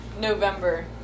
November